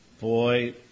Boy